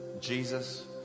Jesus